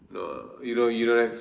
no you don't you don't have